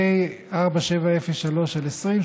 פ/4703/20,